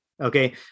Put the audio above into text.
Okay